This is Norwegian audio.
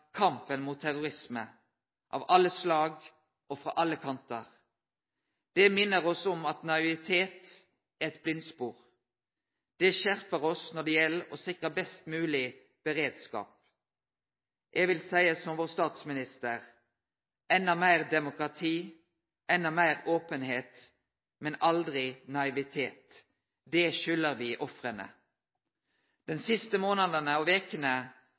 kampen mot terrorisme – av alle slag og frå alle kantar. Det minner oss om at naivitet er eit blindspor. Det skjerpar oss når det gjeld å sikre best mogleg beredskap. Eg vil seie som vår statsminister: enda mer demokrati, enda mer åpenhet, men aldri naivitet. Det skylder vi ofrene.» Dei siste månadene og vekene